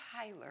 Tyler